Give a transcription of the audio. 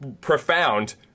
Profound